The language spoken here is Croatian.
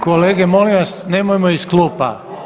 Kolege molim vas nemojmo iz klupa!